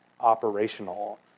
operational